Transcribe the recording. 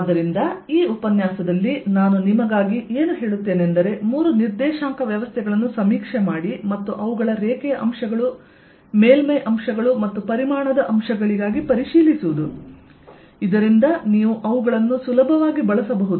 ಆದ್ದರಿಂದ ಈ ಉಪನ್ಯಾಸದಲ್ಲಿ ನಾನು ನಿಮಗಾಗಿ ಏನು ಹೇಳುತ್ತೇನೆಂದರೆ ಮೂರು ನಿರ್ದೇಶಾಂಕ ವ್ಯವಸ್ಥೆಗಳನ್ನು ಸಮೀಕ್ಷೆ ಮಾಡಿ ಮತ್ತು ಅವುಗಳ ರೇಖೆಯ ಅಂಶಗಳು ಮೇಲ್ಮೈ ಅಂಶಗಳು ಮತ್ತು ಪರಿಮಾಣದ ಅಂಶಗಳಿಗಾಗಿ ಪರಿಶೀಲಿಸುವುದು ಇದರಿಂದ ನೀವು ಅವುಗಳನ್ನು ಸುಲಭವಾಗಿ ಬಳಸಬಹುದು